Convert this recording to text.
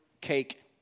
cake